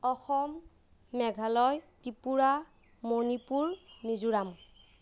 Assam Meghalaya Tripura Manipur Mizoram